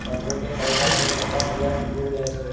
सरसों के पौधा के पत्ता किया सिकुड़ जाय छे?